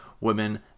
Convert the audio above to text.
women